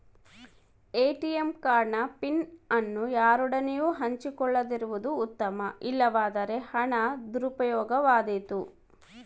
ATM card ನ PIN ಅನ್ನು ಯಾರೊಡನೆಯೂ ಹಂಚಿಕೊಳ್ಳದಿರುವುದು ಉತ್ತಮ, ಇಲ್ಲವಾದರೆ ಹಣದ ದುರುಪಯೋಗವಾದೀತು